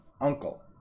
uncle